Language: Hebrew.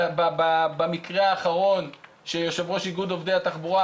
במקרה האחרון שיושב ראש איגוד עובדי התחבורה,